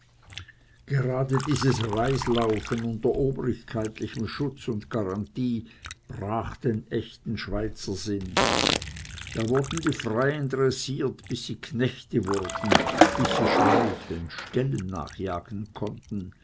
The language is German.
gerade dieses reislaufen unter obrigkeitlichem schutz und garantie brach den echten schweizersinn da wurden die freien dressiert bis sie knechte wurden bis sie schmeicheln stellen nachjagen konnten